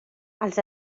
els